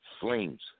flames